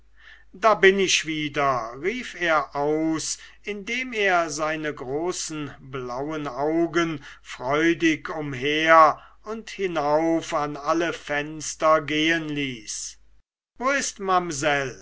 da bin ich wieder rief er aus indem er seine großen blauen augen freudig umher und hinauf an alle fenster gehen ließ wo ist